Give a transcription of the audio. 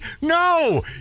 no